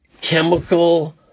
chemical